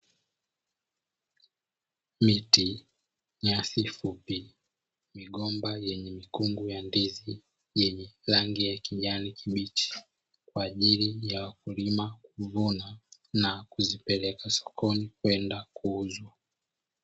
Nyasi fupi, migomba yenye mikungu ya ndizi yenye rangi ya kijani kibichi kwa ajili ya wakulima kuvuna na kuzipeleka sokoni kwenda kuuzwa.